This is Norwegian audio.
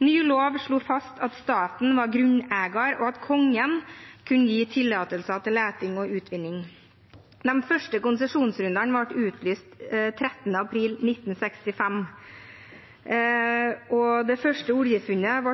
Ny lov slo fast at staten var grunneier, og at Kongen kunne gi tillatelse til leting og utvinning. De første konsesjonsrundene ble utlyst 13. april 1965, og det første oljefunnet